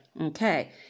okay